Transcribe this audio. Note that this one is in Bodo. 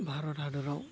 भारत हादराव